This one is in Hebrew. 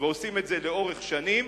ועושים את זה לאורך שנים.